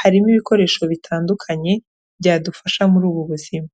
harimo ibikoresho bitandukanye byadufasha muri ubu buzima.